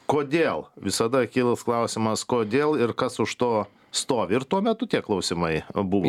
kodėl visada kils klausimas kodėl ir kas už to stovi ir tuo metu tie klausimai buvo